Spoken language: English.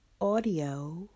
audio